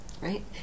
right